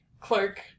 Clark